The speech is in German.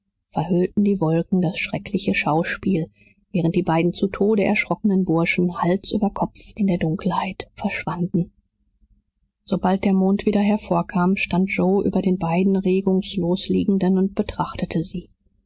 verhüllten die wolken das schreckliche schauspiel während die beiden zu tode erschrockenen burschen hals über kopf in der dunkelheit verschwanden sobald der mond wieder hervorkam stand joe über den beiden regungslos liegenden und betrachtete sie